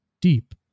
deep